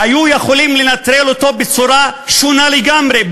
היו יכולים לנטרל אותו בצורה שונה לגמרי.